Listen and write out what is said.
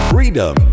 Freedom